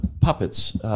puppets